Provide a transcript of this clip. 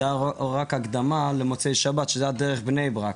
זה היה רק הקדמה למוצאי שבת, שזה היה דרך בני ברק.